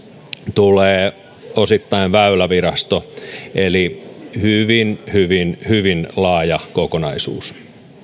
tulee osittain väylävirasto eli tämä on hyvin hyvin hyvin laaja kokonaisuus